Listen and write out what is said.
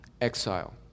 exile